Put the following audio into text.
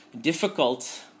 difficult